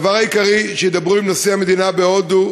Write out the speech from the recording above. הדבר העיקרי שידברו עליו עם נשיא המדינה בהודו הוא